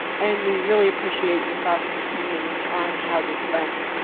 and we really appreciate your thoughts and opinions on how this went.